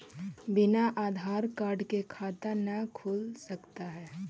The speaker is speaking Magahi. बिना आधार कार्ड के खाता न खुल सकता है?